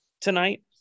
tonight